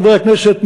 חברי הכנסת,